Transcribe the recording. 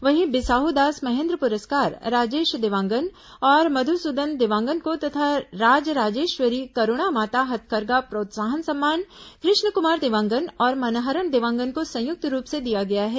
वहीं बिसाहू दास महेन्द्र पुरस्कार राजेश देवांगन और मध्सुदन देवांगन को तथा राज राजेश्वरी करूणा माता हथकरघा प्रोत्साहन सम्मान कृष्ण क्मार देवांगन और मनहरण देवांगन को संयुक्त रूप से दिया गया है